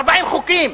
40 חוקים.